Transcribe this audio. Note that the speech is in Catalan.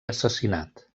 assassinat